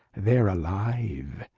they're alive.